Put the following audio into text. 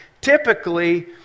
typically